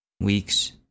weeks